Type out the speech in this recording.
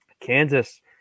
Kansas